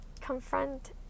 confront